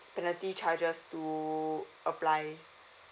penalty charges to apply